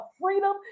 freedom